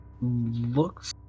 looks